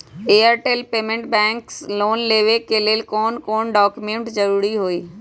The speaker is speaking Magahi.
एयरटेल पेमेंटस बैंक से लोन लेवे के ले कौन कौन डॉक्यूमेंट जरुरी होइ?